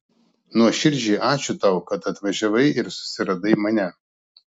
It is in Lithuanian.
nuoširdžiai ačiū tau kad atvažiavai ir susiradai mane